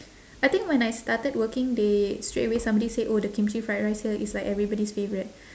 I think when I started working they straight away somebody say oh the kimchi fried rice here is like everybody's favourite